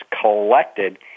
Collected